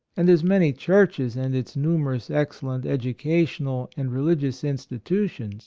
and as many churches and its numerous excellent educational and religious institutions